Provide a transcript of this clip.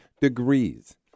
degrees